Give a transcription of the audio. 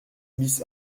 bis